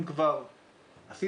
אם כבר עשיתם,